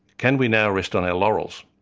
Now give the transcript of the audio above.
can we now rest on our laurels?